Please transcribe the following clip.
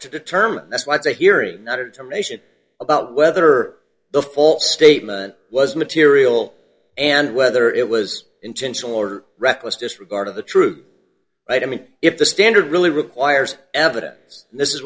to determine that's why it's a hearing not a temptation about whether the false statement was material and whether it was intentional or reckless disregard of the truth i mean if the standard really requires evidence and this is